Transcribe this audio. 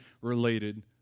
related